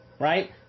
right